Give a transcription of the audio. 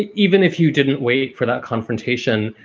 even if you didn't wait for that confrontation,